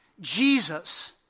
Jesus